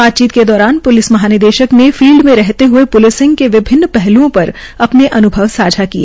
बातचीत के दौरान प्लिस महानिदेशक ने फील्ड में रहते हुए प्लिसिंग के विभिन्न पहल्ओं पर अपने अन्भव साझा किए